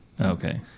Okay